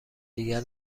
دیگر